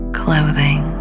clothing